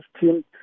team